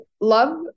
love